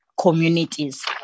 communities